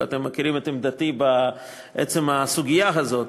ואתם מכירים את עמדתי בסוגיה הזאת,